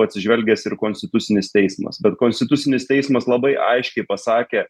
atsižvelgęs ir konstitucinis teismas bet konstitucinis teismas labai aiškiai pasakė